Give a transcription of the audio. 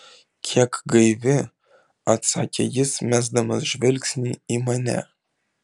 kiek gaivi atsakė jis mesdamas žvilgsnį į mane